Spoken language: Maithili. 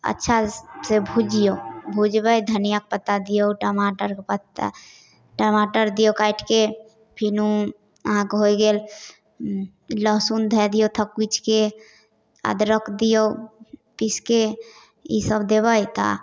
अच्छासँ भुजिऔ भुजबै धनियापत्ता दिऔ टमाटरके पत्ता टमाटर दिऔ काटिके फेर अहाँके होइ गेल लहसुन धै दिऔ थकुचिके अदरक दिऔ पीसिके ईसब देबै तऽ